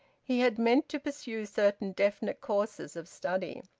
he had meant to pursue certain definite courses of study,